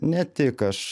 ne tik aš